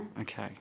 okay